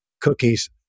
cookies